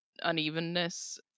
unevenness